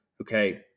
Okay